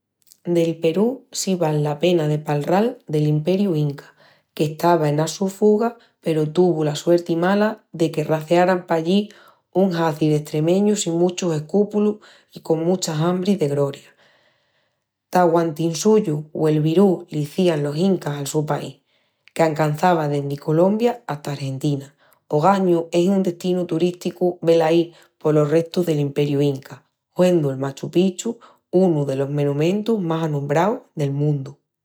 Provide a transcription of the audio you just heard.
Del Perú si val la pena de palral del Imperiu Inca, qu'estava ena su fuga peru tuvu la suerti mala de que racearan pallí un haci d'estremeñus sin muchus escúpulus i con mucha hambri de groria. Tahuantinsuyu o el Birú l'izían los incas al su país, qu'ancançava dendi Colombia hata Argentina. Ogañu es un destinu turísticu velaí polos restus del imperiu inca, huendu'l Machu Picchu unu delos menumentus más anombraus del mundu.